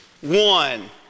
one